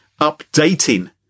updating